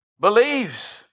believes